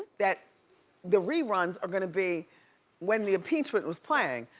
that the reruns are gonna be when the impeachment was playing.